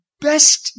best